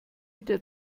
der